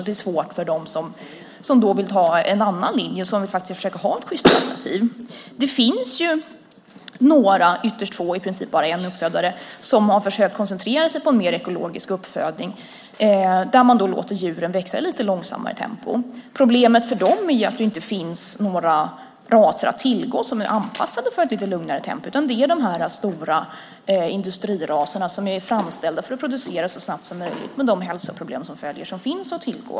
Det är svårt för dem som vill ha en annan linje och ett sjystare alternativ. Det finns några uppfödare, ytterst få, i princip bara en, som har försökt koncentrera sig på mer ekologisk uppfödning där man låter djuren växa i lite långsammare tempo. Problemet för dem är att det inte finns några raser att tillgå som är anpassade för ett lite lugnare tempo, utan det är de stora industriraserna som är framställda för att producera så snabbt som möjligt, med de hälsoproblem som följer, som finns att tillgå.